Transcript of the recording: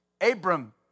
Abram